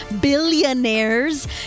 billionaires